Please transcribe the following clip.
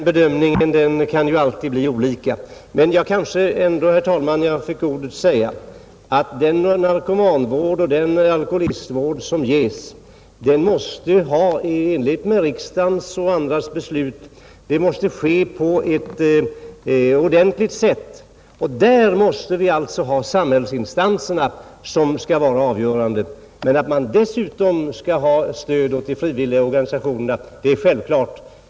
Herr talman! Ja, den bedömningen kan ju alltid bli olika. Men jag kanske ändå, herr talman, när jag fick ordet skall säga, att den narkomanvård och den alkoholistvård som nu ges måste, i enlighet med riksdagens och andra instansers beslut, ske på ett ordentligt sätt. Där är det samhällsinstanserna som skall vara avgörande. Att man dessutom skall ge stöd åt de frivilliga organisationerna är självklart.